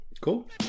Cool